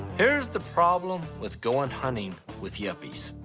here's the problem with going hunting with yuppies.